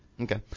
Okay